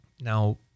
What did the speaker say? Now